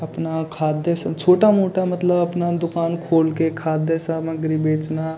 अपना खाद्य छोटा मोटा मतलब अपना दुकान खोलकर खाद्य सामग्री बेचना